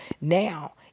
now